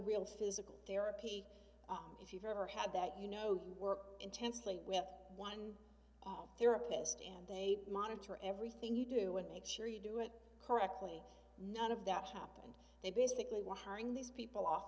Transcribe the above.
real physical therapy if you've ever had that you know you work intensely with one therapist and they monitor everything you do and make sure you do it correctly none of that happened they basically were hiring these people off